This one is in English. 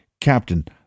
Captain